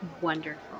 Wonderful